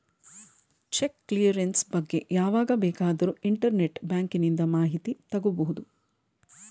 check clearance ಬಗ್ಗೆ ಯಾವಾಗ ಬೇಕಾದರೂ ಇಂಟರ್ನೆಟ್ ಬ್ಯಾಂಕಿಂದ ಮಾಹಿತಿ ತಗೋಬಹುದು